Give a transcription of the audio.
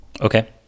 okay